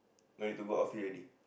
no need to go outfield already